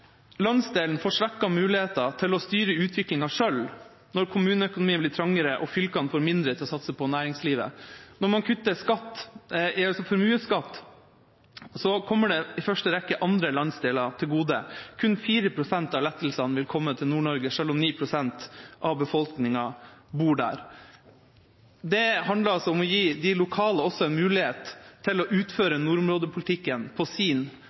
Landsdelen får svekkede muligheter til å styre utviklinga sjøl når kommuneøkonomien blir trangere og fylkene får mindre til å satse på næringslivet. Når man kutter i formuesskatten, kommer det i første rekke andre landsdeler til gode. Kun 4 pst. av lettelsene vil komme til Nord-Norge, sjøl om 9 pst. av befolkninga bor der. Det handler om å gi de lokale også en mulighet til å utføre nordområdepolitikken på sin